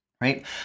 right